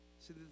See